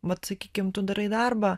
vat sakykim tu darai darbą